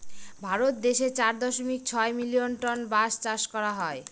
ভারত দেশে চার দশমিক ছয় মিলিয়ন টন বাঁশ চাষ করা হয়